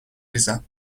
ریزم